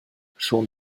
schon